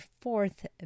fourth